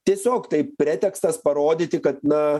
tiesiog tai pretekstas parodyti kad na